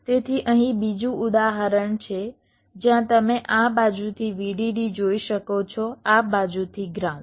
તેથી અહીં બીજું ઉદાહરણ છે જ્યાં તમે આ બાજુથી VDD જોઈ શકો છો આ બાજુથી ગ્રાઉન્ડ